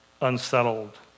unsettled